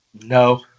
No